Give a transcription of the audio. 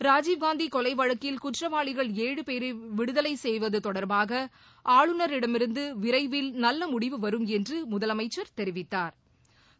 ராஜீவ்காந்திகொலைவழக்கில் குற்றவாளிகள் ஏழு பேரைவிடுதலைசெய்வதுதொடர்பாகஆளுநரிடமிருந்துவிரைவில் நல்லமுடிவு வரும் என்றுமுதலமைச்சர் தெரிவித்தா்